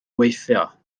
weithio